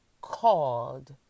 called